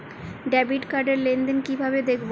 Debit card র লেনদেন কিভাবে দেখবো?